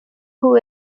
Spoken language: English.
who